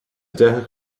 deich